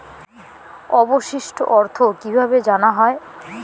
অবশিষ্ট অর্থ কিভাবে জানা হয়?